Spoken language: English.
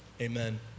Amen